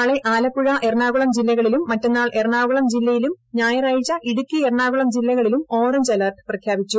നാളെ ആലപ്പുഴ എറണാകുളം എന്നീ ജില്ലകളിലും മറ്റന്നാൾ എറണാകുളം ജില്ലയിലും ഞായറാഴ്ച ഇടുക്കി എറണാകുളം ജില്ലകളിലും ഓറഞ്ച് അലെർട്ട് പ്രഖ്യാപിച്ചു